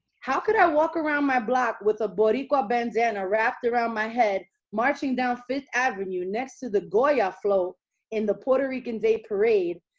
how could i walk around my block with a boriqua bandana wrapped around my head, marching down fifth avenue next to the goya float in the puerto rican day parade,